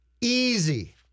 easy